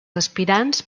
aspirants